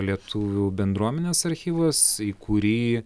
lietuvių bendruomenės archyvas į kurį